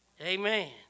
Amen